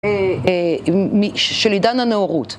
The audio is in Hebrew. של עידן הנאורות